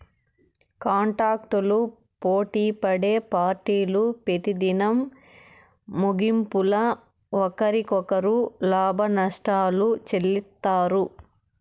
కాంటాక్టులు పోటిపడే పార్టీలు పెతిదినం ముగింపుల ఒకరికొకరు లాభనష్టాలు చెల్లిత్తారు